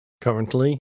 currently